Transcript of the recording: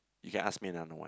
you can ask me another one